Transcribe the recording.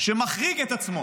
שמחריג את עצמו